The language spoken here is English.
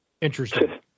interesting